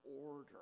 order